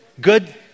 Good